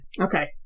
Okay